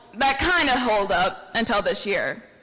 that kind of hold up until this year,